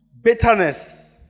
Bitterness